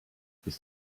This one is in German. ist